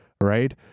right